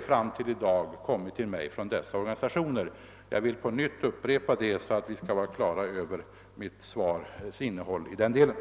fram till i dag icke kommit till min kännedom; jag upprepar det för att alla skall ha klart för sig vad mitt svar innehöll i det avseendet.